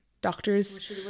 doctors